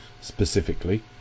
specifically